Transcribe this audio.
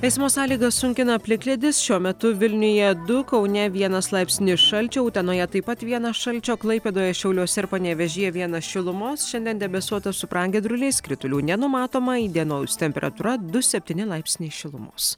eismo sąlygas sunkina plikledis šiuo metu vilniuje du kaune vienas laipsnis šalčio utenoje taip pat vienas šalčio klaipėdoje šiauliuose ir panevėžyje vienas šilumos šiandien debesuota su pragiedruliais kritulių nenumatoma įdienojus temperatūra du septyni laipsniai šilumos